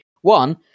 One